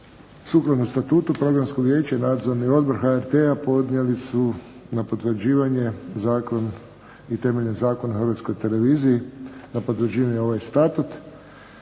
Sukladno Statutu Programsko vijeće i Nadzorni odbor HRT-a podnijeli su na potvrđivanje Zakon i temeljem Zakona o Hrvatskoj televiziji, na potvrđivanje ovaj Statut.